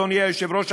אדוני היושב-ראש,